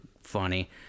funny